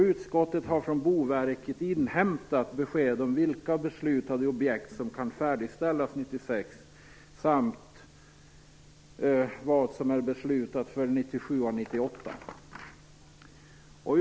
Utskottet har från Boverket inhämtat besked om vilka beslutade objekt som kan färdigställas 1996 samt vad som är beslutat för 1997 och 1998.